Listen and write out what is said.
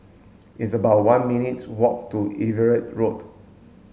it's about one minutes' walk to Everitt Road